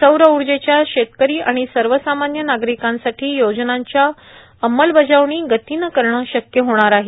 सौर ऊर्जेच्या शेतकरी आणि सर्वसामान्य नागरिकांसाठी योजनांची अमबलजावणी गतीनं करणे शक्य होणार आहे